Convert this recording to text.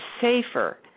safer